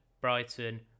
Brighton